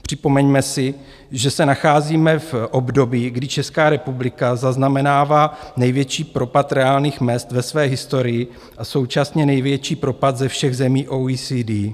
Připomeňme si, že se nacházíme v období, kdy Česká republika zaznamenává největší propad reálných mezd ve své historii a současně největší propad ze všech zemí OECD.